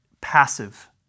passive